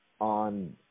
on